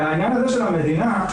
העניין הזה של המדינה,